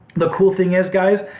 the cool thing is guys,